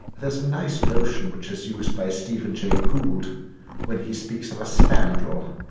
there's a nice notion which is used by stephen jay gould when he speaks of a spandrel.